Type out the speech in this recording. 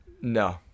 No